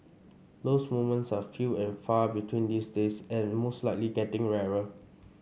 those moments are few and far between these days and most likely getting rarer